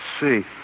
see